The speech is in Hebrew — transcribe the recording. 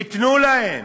תיתנו להם,